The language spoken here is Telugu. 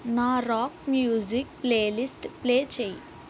నా రాక్ మ్యూజిక్ ప్లేలిస్ట్ ప్లే చేయి